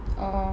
orh